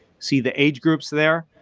see the age groups there,